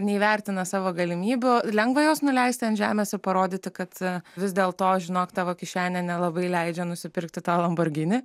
neįvertina savo galimybių lengva jos nuleisti ant žemės ir parodyti kad vis dėl to žinok tavo kišenė nelabai leidžia nusipirkti tą lamborgini